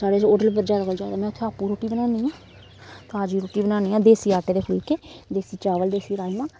साढ़े जेह्ड़े होटल उप्पर जैदा कोला जैदा में उत्थै आपूं रुट्टी बनान्नी आं ताजी रुट्टी बनान्नी आं देसी आटे दे फुलके देसी चावल देसी राजमांह्